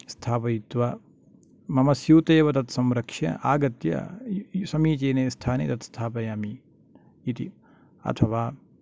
स्थापयित्वा मम स्यूते एव तत् संरक्ष्य आगत्य समीचिने स्थाने तत् स्थापयामि इति अथवा